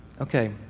okay